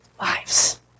lives